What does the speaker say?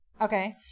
Okay